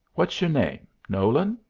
what's your name nolan?